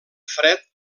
fred